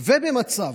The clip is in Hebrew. ובמצב,